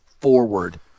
forward